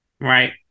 right